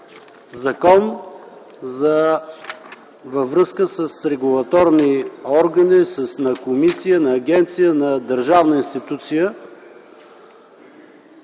закон във връзка с регулаторни органи, на комисии, на агенции, на държавна институция.